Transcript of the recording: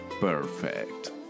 Perfect